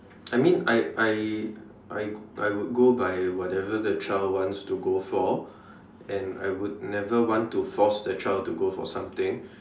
I mean I I I I would go by whatever the child wants to go for and I would never want to force the child to go for something